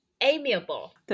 amiable